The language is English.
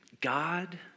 God